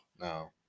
No